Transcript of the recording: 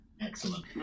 excellent